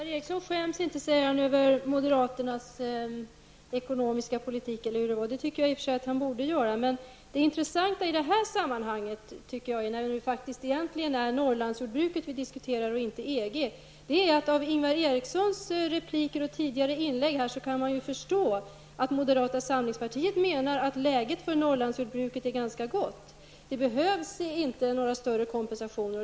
Herr talman! Ingvar Eriksson säger att han inte skäms över moderaternas ekonomiska politik. Det tycker jag i och för sig att han borde göra. Det intressanta i det här sammanhanget -- när vi egentligen diskuterar Norrlandsjordbruket och inte EG -- är att av Ingvar Erikssons repliker och tidigare inlägg kan man förstå att moderata samlingspartiet menar att läget för Norrlandsjordbruket är ganska gott och att det inte behövs några större kompensationer.